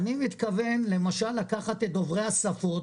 אני מתכוון למשל לקחת את דוברי השפות